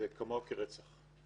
כמוה כרצח.